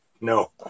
No